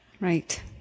Right